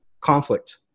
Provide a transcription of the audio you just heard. conflict